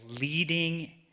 leading